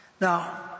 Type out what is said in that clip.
Now